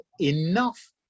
enough